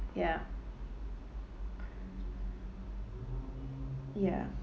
ya ya